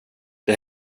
det